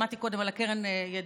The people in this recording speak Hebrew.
שמעתי קודם על קרן הידידות,